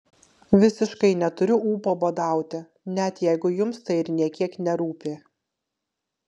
visiškai neturiu ūpo badauti net jeigu jums tai ir nė kiek nerūpi